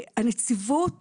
הנציבות